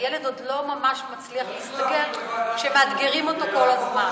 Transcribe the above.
הילד עוד לא ממש מצליח להסתגל כשמאתגרים אותו כל הזמן.